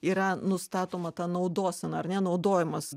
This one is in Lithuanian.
yra nustatoma ta naudosena ar ne naudojimas